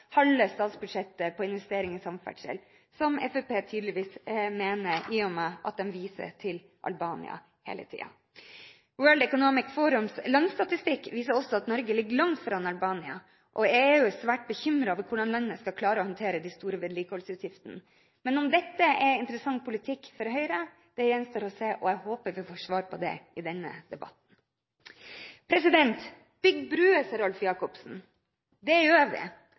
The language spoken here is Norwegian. halve statsbudsjettet på investering i samferdsel, som Fremskrittspartiet tydeligvis mener i og med at de viser til Albania hele tiden. World Economic Forums landsstatistikk viser også at Norge ligger langt foran Albania, og EU er svært bekymret for hvordan landet skal klare å håndtere de store vedlikeholdsutgiftene. Men om dette er interessant politikk for Høyre, gjenstår å se, og jeg håper vi får svar på det i denne debatten. «Bygg broer,» sier Rolf Jacobsen. Det gjør vi og det